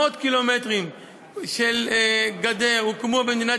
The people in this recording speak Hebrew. מאות קילומטרים של גדר הוקמו במדינת